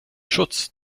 schutz